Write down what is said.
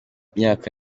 myaka